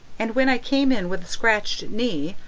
and when i came in with a scratched knee,